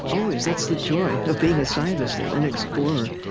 always that's the joy of being a scientist and an explorer.